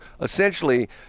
essentially